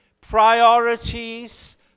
priorities